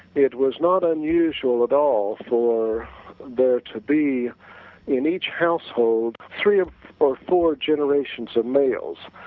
it was not unusual at all for there to be in each household three ah or four generations of males,